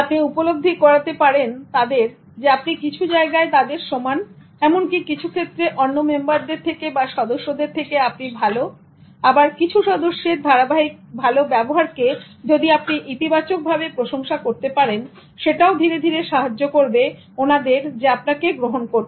আপনি উপলব্ধি করাতে পারেন তাদের যে আপনি কিছু জায়গায় তাদের সমান এমনকি কিছু ক্ষেত্রে অন্য মেম্বারদের থেকে বা সদস্যদের থেকে আপনি ভালো আবার কিছু সদস্যের ধারাবাহিক ভালো ব্যবহার কে ইতিবাচক ভাবে প্রশংসা করতে পারেন যেটা ধীরে ধীরে সাহায্য করবে ওনাদের আপনাকে গ্রহন করতে